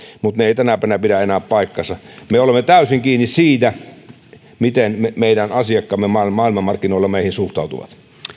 mutta ne eivät tänä päivänä pidä enää paikkaansa me olemme täysin kiinni siinä miten meidän asiakkaamme maailmanmarkkinoilla meihin suhtautuvat